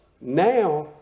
Now